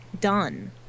done